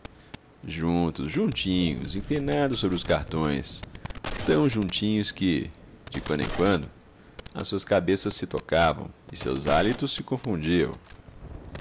juntos juntinhos inclinados sobre os cartões tão juntinhos que de quando em quando as suas cabeças se tocavam e seus hálitos se confundiam